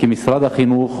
כי משרד החינוך,